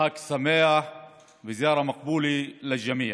חג שמח וזיארה מקבולה לכולם.